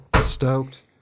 stoked